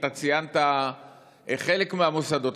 אתה ציינת חלק מהמוסדות,